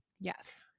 Yes